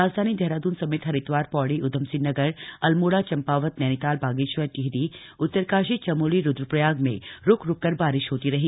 राजधानी देहरादून समेत हरिद्वार पौड़ी उधमसिंह नगर अल्मोड़ा चंपावत नैनीताल बागेश्वर टिहरी उत्तरकाशी चमोली रुदप्रयाग में रुक रुक कर बारिश होती रही